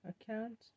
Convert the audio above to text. account